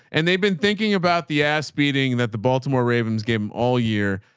and they've been thinking about the ass beating that the baltimore ravens gave them all year.